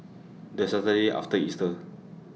The Saturday after Easter